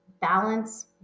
balance